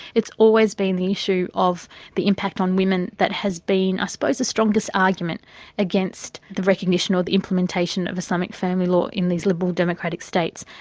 it's always been the issue of the impact on women that has been i suppose the strongest argument against the recognition or the implementation of islamic family law in these liberal-democratic states.